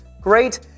Great